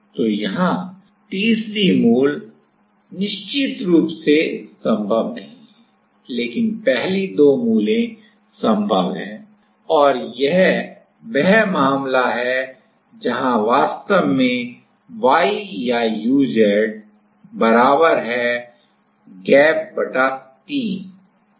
तो यहां तीसरी मूल निश्चित रूप से संभव नहीं है लेकिन पहली दो मूलें संभव हैं और यह वह मामला है जहां वास्तव में y या uz बराबर है गैप बटा 3 है